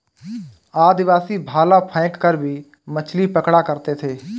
आदिवासी भाला फैंक कर भी मछली पकड़ा करते थे